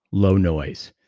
low noise.